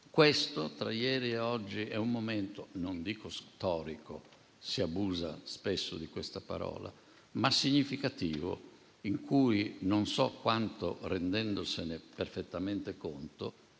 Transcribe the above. questo, tra ieri e oggi, è un momento non dico storico (si abusa spesso di questo aggettivo), ma significativo, in cui - non so quanto rendendosene perfettamente conto